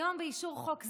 היום, באישור חוק זה,